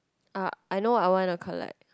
uh I know what I want to collect